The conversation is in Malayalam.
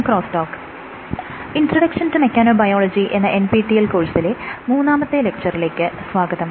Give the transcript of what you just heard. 'ഇൻട്രൊഡക്ഷൻ ടു മെക്കാനോബയോളജി എന്ന NPTEL കോഴ്സിലെ മൂന്നാമത്തെ ലെക്ച്ചറിലേക്ക് സ്വാഗതം